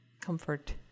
comfort